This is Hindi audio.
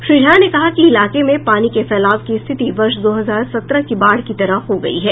श्री झा ने कहा कि इलाके में पानी के फैलाव की स्थिति वर्ष दो हजार सत्रह की बाढ़ की तरह हो गयी है